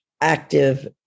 active